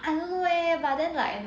I don't know leh but then like